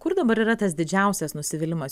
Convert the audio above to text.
kur dabar yra tas didžiausias nusivylimas